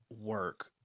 work